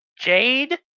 jade